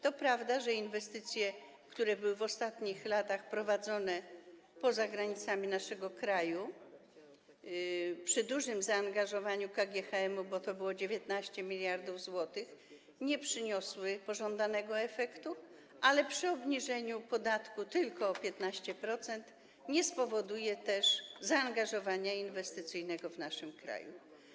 To prawda, że inwestycje, które były w ostatnich latach prowadzone poza granicami naszego kraju przy dużym zaangażowaniu KGHM - to było 19 mld zł - nie przyniosły pożądanego efektu, ale obniżenie podatku tylko o 15% nie spowoduje też zaangażowania inwestycyjnego w naszym kraju.